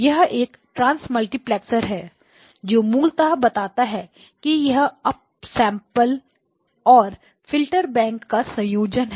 यह एक ट्रांमल्टीप्लैक्सर है जो मूलतः बताता है कि यह अप सैंपलर और फिल्टर बैंक का संयोजन है